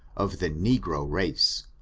of the negro race.